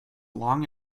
long